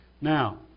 Now